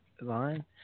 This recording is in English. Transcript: line